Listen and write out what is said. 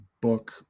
book